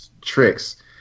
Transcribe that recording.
tricks